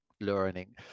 learning